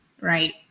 right